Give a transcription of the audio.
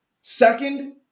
second